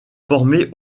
formé